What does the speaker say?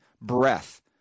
breath